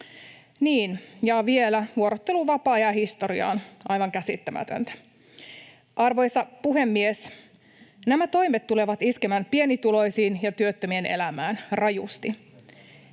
Niin, ja vielä vuorotteluvapaa jää historiaan — aivan käsittämätöntä. Arvoisa puhemies! Nämä toimet tulevat iskemään pienituloisten ja työttömien elämään rajusti.